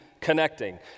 connecting